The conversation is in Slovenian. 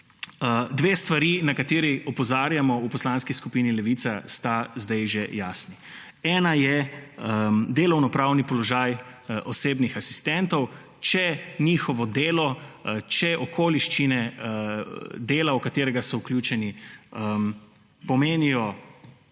Dve stvari, na kateri opozarjamo v Poslanski skupini Levica, sta sedaj že jasni. Ena je delovnopravni položaj osebnih asistentov, če njihovo delo, če okoliščine dela, v katerega so vključeni, pomenijo